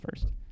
first